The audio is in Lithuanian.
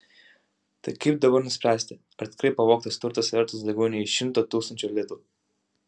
tai kaip dabar nuspręsti ar tikrai pavogtas turtas vertas daugiau nei šimto tūkstančių litų